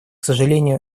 сожалению